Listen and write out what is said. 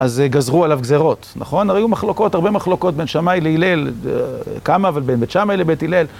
אז גזרו עליו גזרות, נכון? היו מחלוקות, הרבה מחלוקות בין שמאי להלל כמה, אבל בין בית שמאי לבית הלל.